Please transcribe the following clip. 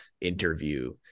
interview